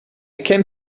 came